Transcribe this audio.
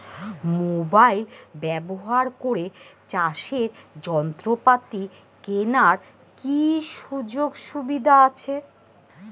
Mobile ব্যবহার করে চাষের যন্ত্রপাতি কেনার কি সুযোগ সুবিধা আছে?